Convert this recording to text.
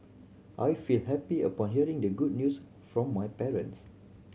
I felt happy upon hearing the good news from my parents